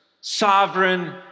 Sovereign